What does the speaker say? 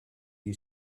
you